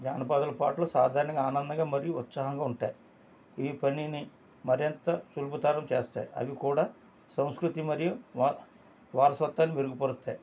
జానపదాలు పాటలు సాధారణంగా ఆనందంగా మరియు ఉత్సాహంగా ఉంటాయి ఈ పనిని మరింత సులభతరం చేస్తాయి అవి కూడా సంస్కృతి మరియు వారసత్వానికి మెరుగుపరుస్తాయి